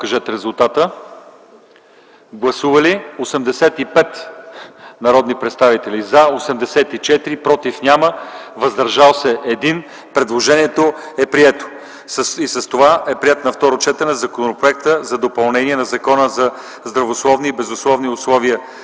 законопроекта. Гласували 85 народни представители: за 84, против няма, въздържал се 1. Предложението е прието, а с това е приет на второ четене и Законът за допълнение на Закона за здравословни и безопасни условия